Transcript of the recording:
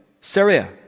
Syria